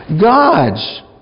God's